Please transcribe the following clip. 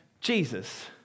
Jesus